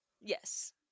Yes